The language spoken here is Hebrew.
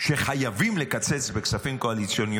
שחייבים לקצץ בכספים קואליציוניים.